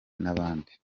n’abandi